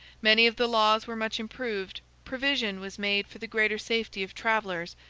many of the laws were much improved provision was made for the greater safety of travellers,